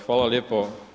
Hvala lijepo.